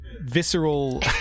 visceral